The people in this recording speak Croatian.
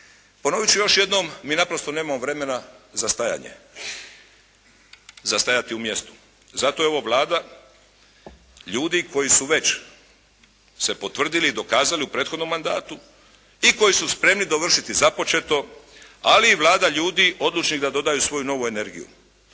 Ponovit ću još jednom mi naprosto nemamo vremena za stajanje. Za stajati u mjestu. Zato je ovo Vlada ljudi koji su već se potvrdili i dokazali u prethodnom mandatu i koji su spremni dovršiti započeto, ali i Vlada ljudi odlučnih da dodaju svoju novu energiju.